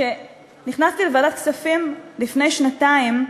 כשנכנסתי לוועדת כספים לפני שנתיים,